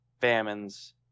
Famines